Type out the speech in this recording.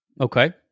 Okay